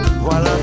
voilà